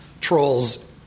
trolls